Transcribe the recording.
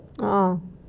ah